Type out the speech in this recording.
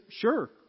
Sure